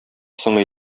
соң